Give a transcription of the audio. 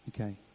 Okay